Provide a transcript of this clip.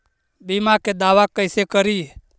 बीमा के दावा कैसे करी?